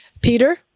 Peter